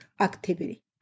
activity